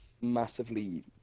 massively